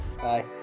bye